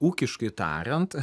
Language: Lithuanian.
ūkiškai tariant